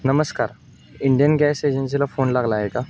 नमस्कार Indian gas एजन्सीला phone लागला आहे का